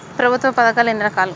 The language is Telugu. ప్రభుత్వ పథకాలు ఎన్ని రకాలు?